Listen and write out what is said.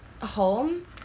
home